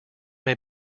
may